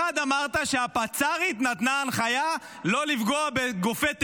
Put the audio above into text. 1. אמרת שהפצ"רית נתנה הנחיה לא לפגוע בגופי טרור.